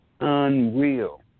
unreal